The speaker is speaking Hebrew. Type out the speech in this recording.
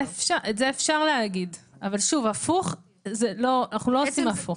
את זה אפשר להגיד, אבל שוב, אנחנו לא עושים הפוך.